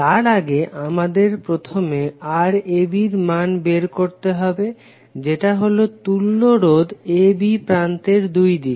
তার আগে আমাদের প্রথমে Rab এর মান বের করতে হবে যেটা হলো তুল্য রোধ AB প্রান্তের দুইদিকে